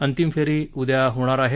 अंतिम फेरी उद्या होणार आहे